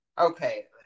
Okay